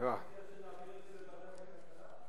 אדוני מציע שנעביר את זה לוועדת הכלכלה?